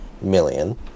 million